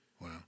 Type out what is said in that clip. wow